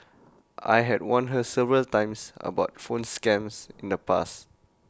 I had warned her several times about phone scams in the past